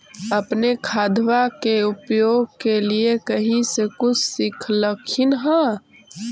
अपने खादबा के उपयोग के लीये कही से कुछ सिखलखिन हाँ?